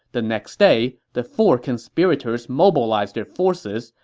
the next day, the four conspirators mobilized their forces,